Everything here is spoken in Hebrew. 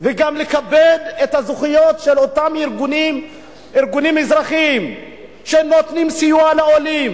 גם לכבד את הזכויות של אותם ארגונים אזרחיים שנותנים סיוע לעולים.